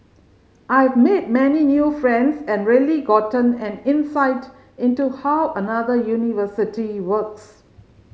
I've made many new friends and really gotten an insight into how another university works